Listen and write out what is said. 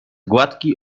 gładki